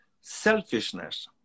selfishness